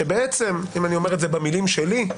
שבעצם אם אני אומר את זה במילים שלי,